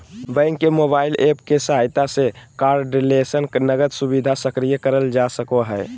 bank के mobile app के सहायता से कार्डलेस नकद सुविधा सक्रिय करल जा सको हय